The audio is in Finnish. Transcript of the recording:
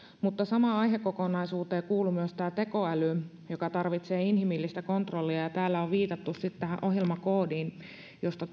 mutta samaan aihekokonaisuuteen kuuluu myös tämä tekoäly joka tarvitsee inhimillistä kontrollia ja täällä on viitattu tähän ohjelmakoodiin josta